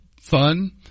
fun